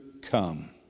come